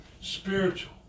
spiritual